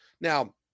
Now